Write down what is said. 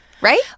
Right